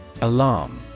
ALARM